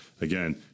again